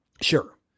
Sure